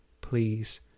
Please